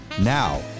Now